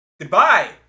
Goodbye